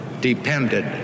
depended